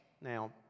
Now